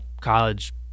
college